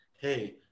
Hey